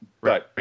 Right